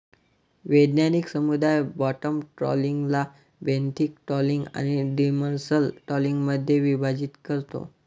वैज्ञानिक समुदाय बॉटम ट्रॉलिंगला बेंथिक ट्रॉलिंग आणि डिमर्सल ट्रॉलिंगमध्ये विभाजित करतो